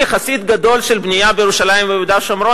כחסיד גדול של בנייה בירושלים וביהודה ושומרון,